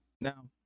now